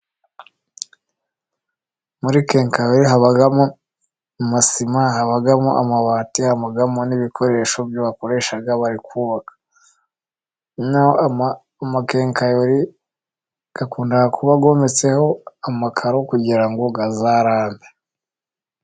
Muri kenkayori habamo amasima, habamo amabati, hamamo n'ibikoresho bakoresha bari amakenkayori akunda kuba yometseho amakaro, kugira ngo azarambe.